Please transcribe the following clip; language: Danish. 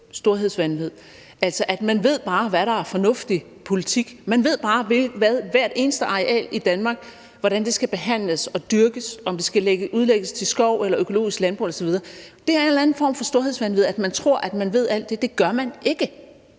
storhedsvanvid, altså at man bare ved, hvad der er fornuftig politik, at man bare ved, hvordan hvert eneste areal i Danmark skal behandles og dyrkes, om det skal udlægges til skov eller økologisk landbrug osv. Det er en eller anden form for storhedsvanvid, at man tror, at man ved alt det; det gør man ikke.